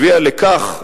הביאה לכך,